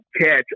catch